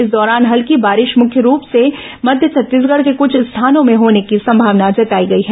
इस दौरान हल्की बारिश मुख्य रूप से मध्य छत्तीसगढ़ के कुछ स्थानों में होने की संभावना जताई गई है